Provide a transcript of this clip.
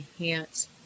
enhance